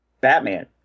Batman